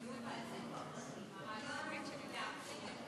יובל, על זה כבר דובר.